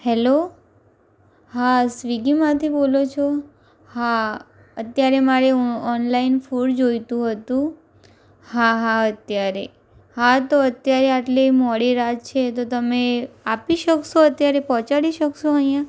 hello હા સ્વીગીમાંથી બોલો છો હા અત્યારે મારે ઓનલાઈન ફૂડ જોઈતું હતું હા હા અત્યારે હા તો અત્યારે આટલી મોડી રાત છે તો તમે આપી શકશો અત્યારે પહોંચાડી શકશો અહીં